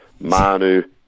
Manu